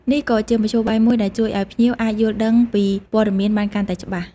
នេះក៏ជាមធ្យោបាយមួយដែលជួយឱ្យភ្ញៀវអាចយល់ដឹងពីព័ត៌មានបានកាន់តែច្បាស់។